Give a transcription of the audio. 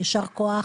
יישר כוח